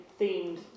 themed